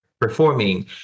performing